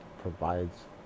provides